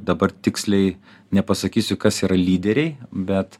dabar tiksliai nepasakysiu kas yra lyderiai bet